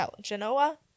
Genoa